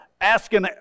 asking